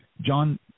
John